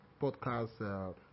podcast